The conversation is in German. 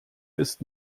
ist